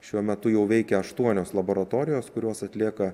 šiuo metu jau veikia aštuonios laboratorijos kurios atlieka